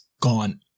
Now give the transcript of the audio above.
gone